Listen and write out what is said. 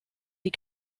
die